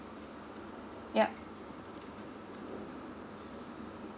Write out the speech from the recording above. yup